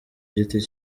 giti